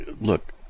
look